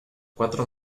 cuatro